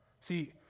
See